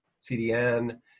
CDN